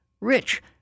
rich